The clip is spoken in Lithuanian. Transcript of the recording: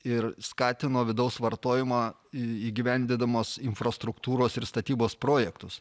ir skatino vidaus vartojimą įgyvendindamos infrastruktūros ir statybos projektus